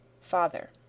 FATHER